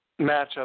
matchup